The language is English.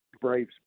Braves